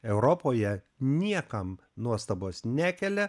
europoje niekam nuostabos nekelia